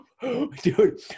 dude